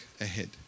ahead